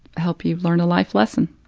help you learn a life lesson.